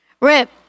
Rip